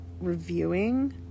reviewing